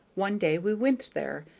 one day we went there,